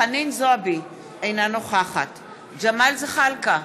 חנין זועבי, אינה נוכחת ג'מאל זחאלקה,